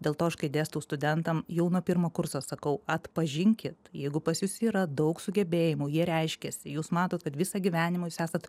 dėl to aš kai dėstau studentam jau nuo pirmo kurso sakau atpažinkit jeigu pas jus yra daug sugebėjimų jie reiškiasi jūs matot kad visą gyvenimą esat